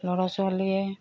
ল'ৰা ছোৱালীয়ে